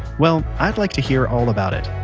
well, i'd like to hear all about it.